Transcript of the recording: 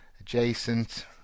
adjacent